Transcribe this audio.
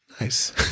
nice